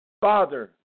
Father